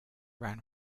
ran